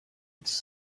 its